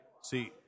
see